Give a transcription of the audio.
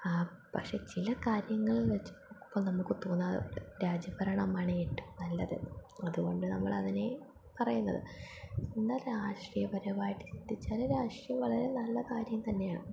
പക്ഷേ ചില കാര്യങ്ങൾ വെച്ച് നോക്കുമ്പോൾ നമുക്ക് തോന്നാതണ്ട് രാജ്യഭരണമാണ് ഏറ്റവും നല്ലതെന്നും അതുകൊണ്ട് നമ്മളതിനെ പറയുന്നത് എന്നാ രാഷ്ട്രീയ പരമായിട്ട് ചിന്തിച്ചാൽ രാഷ്ട്രീയം വളരെ നല്ല കാര്യം തന്നെയാണ്